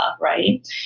right